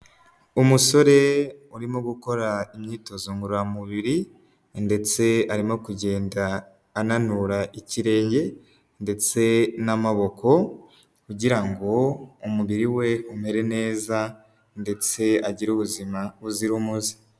Umusore urimo gukora imyitozo ngororamubiri, ndetse arimo kugenda ananura ikirenge, ndetse n'amaboko, kugira ngo umubiri we umere neza, ndetse agire ubuzima buzira umuze.